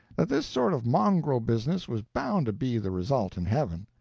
that this sort of mongrel business was bound to be the result in heaven.